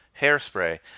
Hairspray